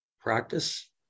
practice